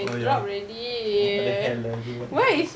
oh ya about tell eh do what